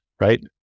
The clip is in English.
right